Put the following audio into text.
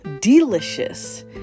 delicious